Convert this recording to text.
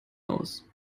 aus